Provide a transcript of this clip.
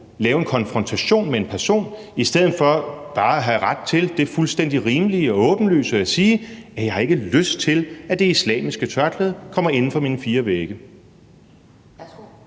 tage en konfrontation med en person i stedet for bare at have ret til det fuldstændig rimelige og åbenlyse at sige: Jeg har ikke lyst til, at det islamiske tørklæde kommer inden for mine fire vægge?